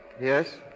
Yes